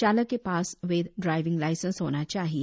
चालक के पास वैध ड्राइविंग लाइसेंस होना चाहिए